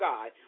God